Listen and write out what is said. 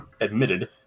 admitted